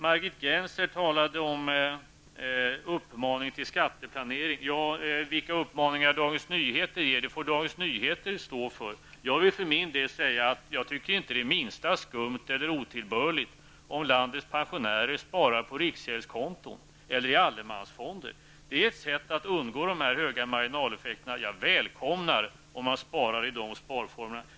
Margit Gennser talade om uppmaning till skatteplanering. Dagens Nyheter får stå för de uppmaningar som förekommer i den tidningen. Jag tycker inte att det är det minsta skumt eller otillbörligt om landets pensionärer sparar på riksgäldskonto eller i allemansfonder. Det är ett sätt att undgå de höga marginaleffekterna. Jag välkomnar om man sparar i de sparformerna.